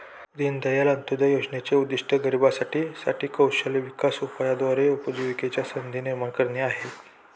दीनदयाळ अंत्योदय योजनेचे उद्दिष्ट गरिबांसाठी साठी कौशल्य विकास उपायाद्वारे उपजीविकेच्या संधी निर्माण करणे आहे